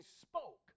spoke